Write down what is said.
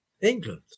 England